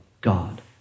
God